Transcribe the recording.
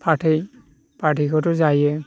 फाथै फाथैखौथ' जायो